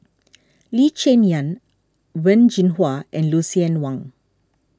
Lee Cheng Yan Wen Jinhua and Lucien Wang